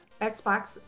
Xbox